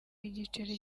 igiceri